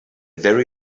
very